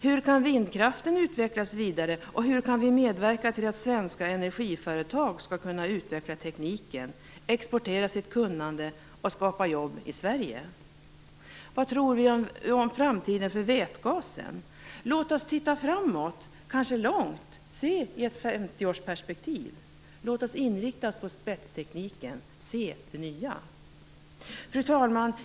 Hur kan vindkraften utvecklas vidare, och hur kan vi medverka till att svenska energiföretag skall kunna utveckla tekniken, exportera sitt kunnande och skapa jobb i Sverige? Vad tror vi om framtiden för vätgasen? Låt oss titta framåt - kanske långt framåt - och se i ett 50-årsperspektiv. Låt oss inrikta oss på spetstekniken och se det nya. Fru talman!